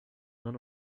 none